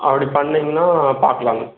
அப்படி பண்ணிங்கன்னா பார்க்கலாங்க